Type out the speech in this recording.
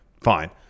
Fine